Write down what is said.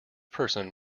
person